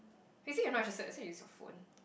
is it you're not interested that's why you use your phone